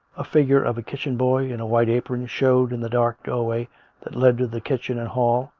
a figure of a kitchen-boy, in a white apron, showed in the dark doorway that led to the kitchen and hall,